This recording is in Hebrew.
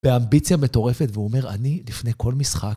באמביציה מטורפת, והוא אומר, אני, לפני כל משחק...